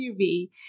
SUV